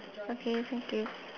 okay thank you